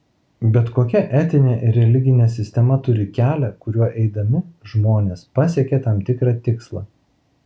bet kokia etinė ir religinė sistema turi kelią kuriuo eidami žmonės pasiekia tam tikrą tikslą